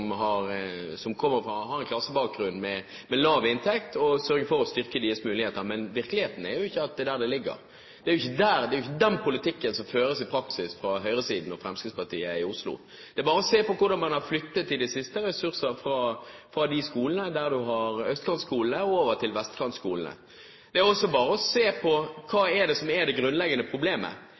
har en klassebakgrunn med lav inntekt, og sørge for å styrke deres muligheter. Men virkeligheten er jo ikke at det er der det ligger. Det er ikke den politikken som føres i praksis fra Høyre og Fremskrittspartiet i Oslo. Det er bare å se på hvordan man i det siste har flyttet ressurser fra østkantskolene over til vestkantskolene. Det er også bare å se på hva det grunnleggende problemet er. Nesten på samtlige felt innenfor skolen der det er sosiale forskjeller som avgjør resultatene, vil det